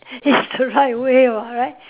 it's the right way [what] right